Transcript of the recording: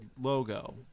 logo